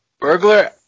Burglar